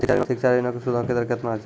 शिक्षा ऋणो के सूदो के दर केतना छै?